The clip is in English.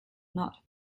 not